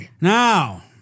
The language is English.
Now